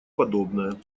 подобное